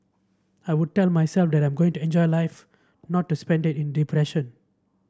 I would tell myself that I'm going to enjoy life not to spend it in depression